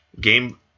game